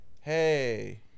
hey